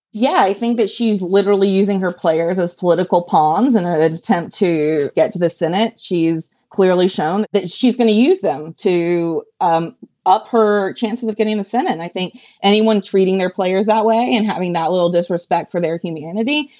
yeah, i think that she's literally using her players as political palms and her attempt to get to the senate. she's clearly shown that she's gonna use them to um up her chances of getting the senate. i think anyone treating their players that way and i mean that little disrespect for their humanity.